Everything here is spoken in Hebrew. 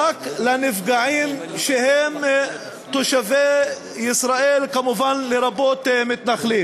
לנפגעים שהם תושבי ישראל, כמובן לרבות מתנחלים.